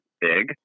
big